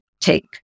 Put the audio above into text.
take